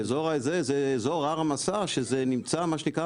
האזור הזה זה אזור הר המסה שזה נמצא מה שנקרא,